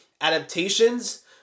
adaptations